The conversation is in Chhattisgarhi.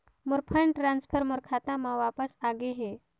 मोर फंड ट्रांसफर मोर खाता म वापस आ गे हे